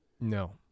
No